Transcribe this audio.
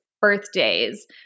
birthdays